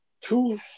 Two